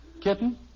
Kitten